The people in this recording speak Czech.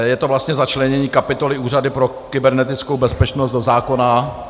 Je to vlastně začlenění kapitoly Úřadu pro kybernetickou bezpečnost do zákona.